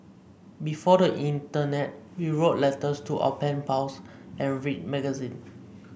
before the internet we wrote letters to our pen pals and read magazine